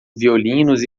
violinos